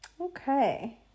Okay